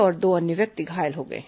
वहीं दो अन्य व्यक्ति घायल हो गए हैं